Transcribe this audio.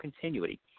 continuity